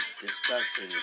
discussing